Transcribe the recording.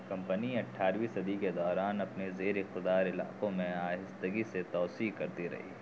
company اٹھارویں صدی کے دوران اپنے زیر اقتدار علاقوں میں آہستگی سے توسیع کرتی رہی